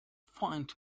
find